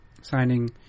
signing